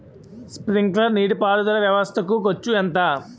Sprinkler నీటిపారుదల వ్వవస్థ కు ఖర్చు ఎంత?